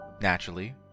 Naturally